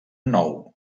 nou